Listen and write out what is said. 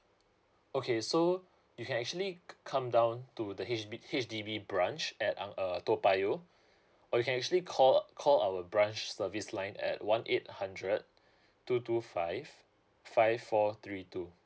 okay so you can actually come down to the H B H_D_B branch at un~ uh toa payoh or you can actually call uh call our branch service line at one eight hundred two two five five four three two